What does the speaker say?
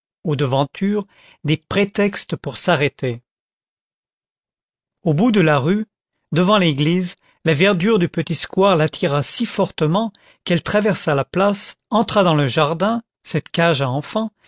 aux devantures des prétextes pour s'arrêter au bout de la rue devant l'église la verdure du petit square l'attira si fortement qu'elle traversa la place entra dans le jardin cette cage à enfants